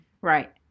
right